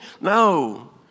No